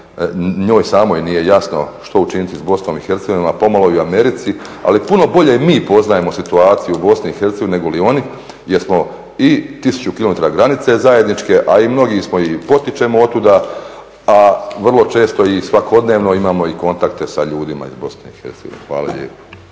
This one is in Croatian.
Europi samoj nije jasno što učiniti sa BiH, a pomalo i Americi ali puno mi bolje poznajemo situaciju u BiH negoli oni jesmo i tisuću kilometara granice zajedničke, a mnogi potičemo otuda, a vrlo često i svakodnevno imamo i kontakte sa ljudima iz BiH. **Zgrebec, Dragica